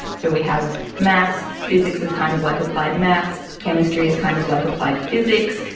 so we have maths, physics is kind of like applied maths, chemistry is kind of like applied physics,